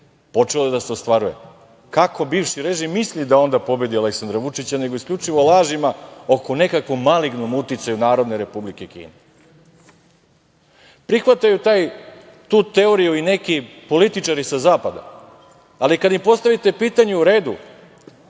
počelo da se ostvaruje. Kako bivši režim misli da onda pobedi Aleksandra Vučića nego isključivo lažima oko nekog malignog uticaja Narodne Republike Kine. Prihvataju tu teoriju i neki političari sa zapada, ali kada im postavite pitanje, u redu,